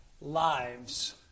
lives